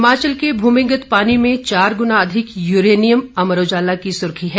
हिमाचल के भूमिगत पानी में चार गुना अधिक यूरेनियम अमर उजाला की सुर्खी है